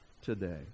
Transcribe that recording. today